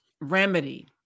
remedy